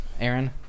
Aaron